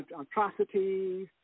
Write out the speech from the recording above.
atrocities